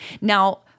Now